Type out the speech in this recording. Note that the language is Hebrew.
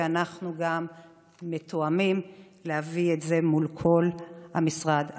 ואנחנו גם מתואמים להביא את זה מול כל משרד רלוונטי.